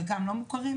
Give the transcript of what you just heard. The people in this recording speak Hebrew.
חלקם לא מוכרים,